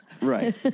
Right